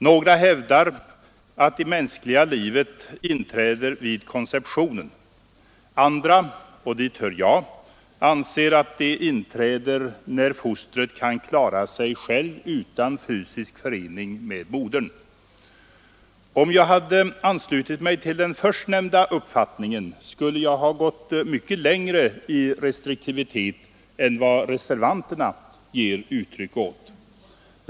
Några hävdar att det mänskliga livet inträder vid konceptionen. Andra — dit hör jag — anser att det inträder när fostret kan klara sig självt utan fysisk förening med modern. Om jag hade anslutit mig till den förstnämnda uppfattningen skulle jag ha gått mycket längre i restriktivitet än reservanterna vill göra.